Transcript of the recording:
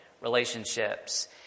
relationships